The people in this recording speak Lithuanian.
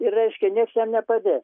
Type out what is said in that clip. ir reiškia nieks jam nepadės